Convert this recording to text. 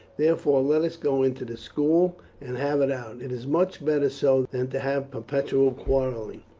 therefore let us go into the school and have it out it is much better so than to have perpetual quarrelling.